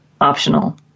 optional